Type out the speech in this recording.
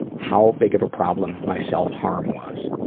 how big of a problem my self harm was.